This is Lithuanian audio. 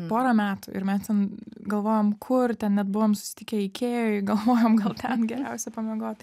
porą metų ir mes ten galvojom kur ten net buvom susitikę ikėjoj galvojom gal ten geriausia pamiegot